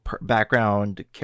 background